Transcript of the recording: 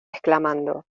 exclamando